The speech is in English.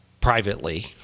Privately